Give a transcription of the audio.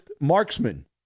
marksman